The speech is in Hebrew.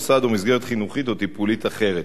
מוסד או מסגרת חינוכית או טיפולית אחרת.